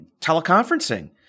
teleconferencing